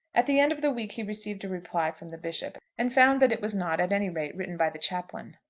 at the end of the week he received a reply from the bishop, and found that it was not, at any rate, written by the chaplain.